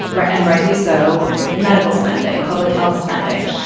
right. and rightly so. medical spending, public health spending.